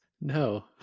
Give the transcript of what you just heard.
No